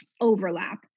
overlap